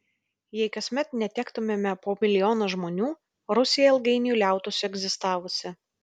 jei kasmet netektumėme po milijoną žmonių rusija ilgainiui liautųsi egzistavusi